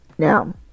Now